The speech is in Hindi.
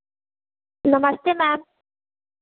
नमस्ते मैम